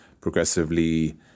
progressively